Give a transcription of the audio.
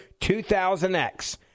2000X